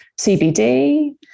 cbd